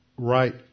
right